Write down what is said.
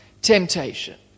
temptation